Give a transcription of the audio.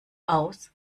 aus